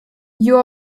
you